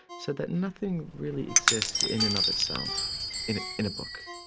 said that nothing really exists in and of itself in in a book,